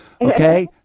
Okay